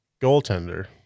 goaltender